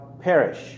perish